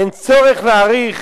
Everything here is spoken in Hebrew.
אין צורך להאריך,